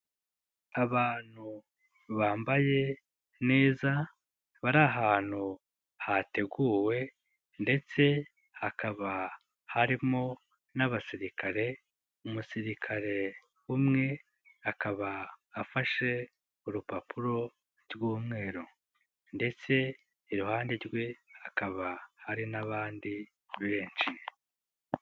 Abantu bambaye neza bari ahantu hateguwe ndetse hakaba harimo n'abasirikare, umusirikare umwe akaba afashe urupapuro rw'umweru ndetse iruhande rwe hakaba hari n'abandi benshi.